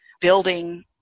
building